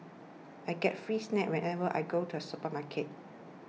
I get free snacks whenever I go to the supermarket